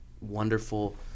Wonderful